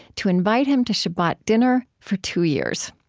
to invite him to shabbat dinner for two years.